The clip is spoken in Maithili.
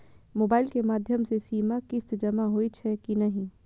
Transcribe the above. मोबाइल के माध्यम से सीमा किस्त जमा होई छै कि नहिं?